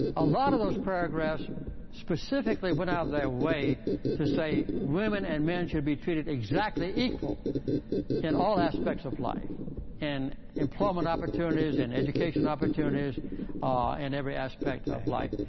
a lot of those paragraphs specifically went out of their way to say women and men should be treated exactly equal in all aspects of life and employment opportunities and education opportunities and every aspect of life.